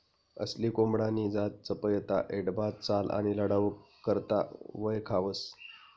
असील कोंबडानी जात चपयता, ऐटबाज चाल आणि लढाऊ करता वयखावंस